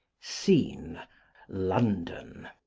scene london.